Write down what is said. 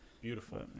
Beautiful